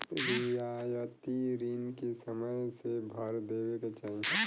रियायती रिन के समय से भर देवे के चाही